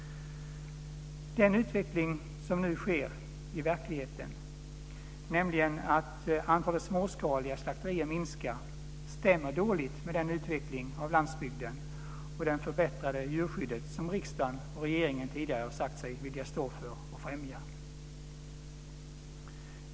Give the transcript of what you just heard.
Den utveckling som nu sker i verkligheten, nämligen att antalet småskaliga slakterier minskar, stämmer dåligt med den utveckling av landsbygden och det förbättrade djurskyddet som riksdagen och regeringen tidigare sagt sig vilja stå för och främja.